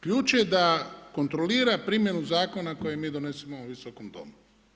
Ključ je da kontrolira primjenu zakona koju mi donesemo u ovom visokom Domu.